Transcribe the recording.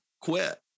quit